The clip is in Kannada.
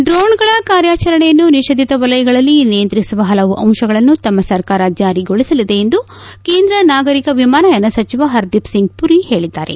ಡ್ರೋಣ್ಗಳ ಕಾರ್್ಯಾಚರಣೆಯನ್ನು ನಿಷೇಧಿತ ವಲಯಗಳಲ್ಲಿ ನಿಯಂತ್ರಿಸುವ ಹಲವು ಅಂಶಗಳನ್ನು ತಮ್ಮ ಸರ್ಕಾರ ಜಾರಿಗೊಳಿಸಲಿದೆ ಎಂದು ಕೇಂದ್ರ ನಾಗರಿಕ ವಿಮಾನಯಾನ ಸಚಿವ ಹರ್ದೀಪ್ಸಿಂಗ್ ಪುರಿ ಹೇಳಿದ್ದಾರೆ